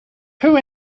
who